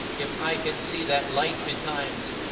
if i can see that light betimes,